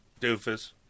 doofus